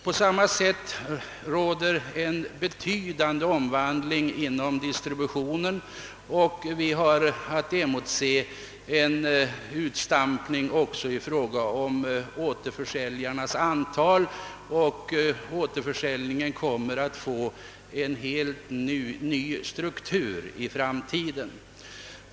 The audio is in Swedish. På samma sätt pågår en betydande omvandling inom distributionen, och vi har att emotse en utstampning också i fråga om återförsäljarnas antal. Återförsäljningen kommer i framtiden att få en helt ny struktur.